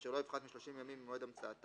אשר לא יפחת מ-30 ימים ממועד המצאתה,